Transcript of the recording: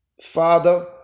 Father